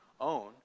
own